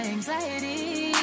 Anxiety